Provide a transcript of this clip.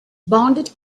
bonded